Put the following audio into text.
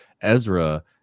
Ezra